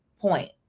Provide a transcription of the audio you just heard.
point